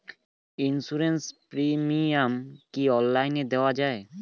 Insurance premium কি online দেওয়া যায়?